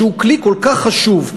שהוא כלי כל כך חשוב,